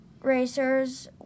racers